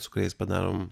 su kuriais padarom